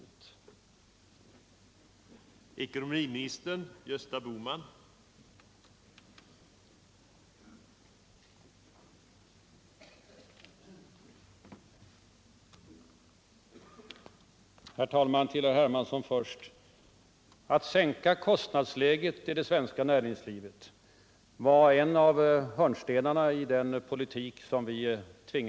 Finansdebatt Finansdebatt